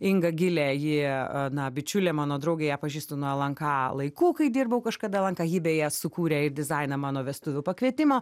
inga gilė ji na bičiulė mano draugė ją pažįstu nuo lnk laikų kai dirbau kažkada lnk ji beje sukūrė ir dizainą mano vestuvių pakvietimo